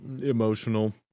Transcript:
emotional